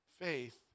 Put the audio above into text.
faith